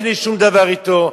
אין לי שום דבר אתו.